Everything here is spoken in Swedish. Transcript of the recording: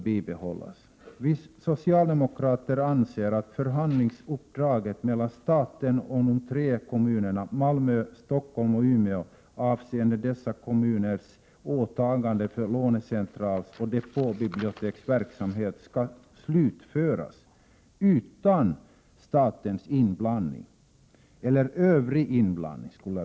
Vi socialdemokrater anser att förhandlingsuppdraget mellan staten och de tre kommunerna Malmö, Stockholm och Umeå avseende dessa kommuners åtagande för lånecentralsoch depåbiblioteksverksamhet skall slutföras utan statens inblandning -— eller övrig inblandning.